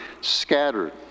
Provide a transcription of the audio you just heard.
scattered